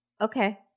Okay